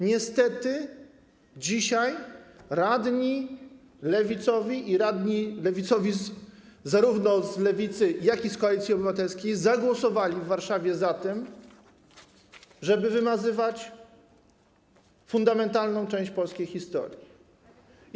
Niestety dzisiaj radni lewicowi - zarówno z Lewicy, jak i z Koalicji Obywatelskiej - zagłosowali w Warszawie za tym, żeby wymazywać fundamentalną część polskiej historii.